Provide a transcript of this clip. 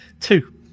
Two